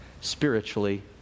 spiritually